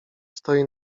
stoi